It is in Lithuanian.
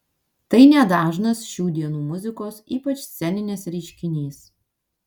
tai nedažnas šių dienų muzikos ypač sceninės reiškinys